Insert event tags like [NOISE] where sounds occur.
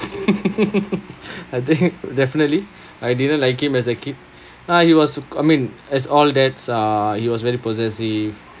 [LAUGHS] I think definitely I didn't like him as a kid no he was I mean as all dads are he was very possessive